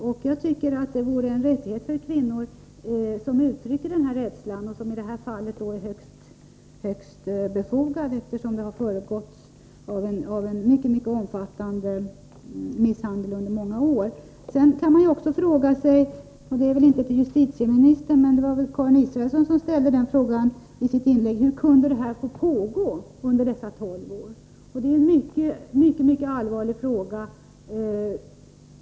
Ett sådant skydd borde vara en rättighet för kvinnor som uttrycker rädsla av det här slaget, som i det här fallet är högst befogad, eftersom det har föregåtts av en mycket omfattande misshandel under många år. Man kan också ställa en fråga som väl inte skall riktas till justitieministern, och Karin Israelsson ställde den frågan i sitt inlägg: Hur kunde detta kunde få pågå under dessa tolv år? Det är en mycket allvarlig fråga.